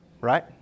Right